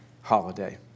holiday